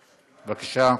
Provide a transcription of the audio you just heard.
בבקשה.